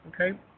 Okay